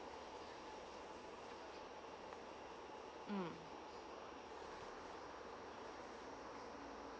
mm